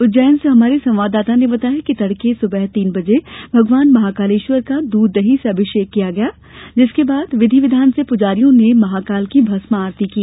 उज्जैन से हमारे संवाददाता ने बताया है कि तड़के सुबह तीन बजे भगवान महाकालेश्वर का दूध दही से अभिषेक किया गया जिसके बाद विधि विधान से पुजारियों ने महाकाल की भस्म आरती की